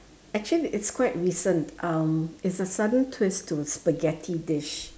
actually it's quite recent um it's a sudden twist to a spaghetti dish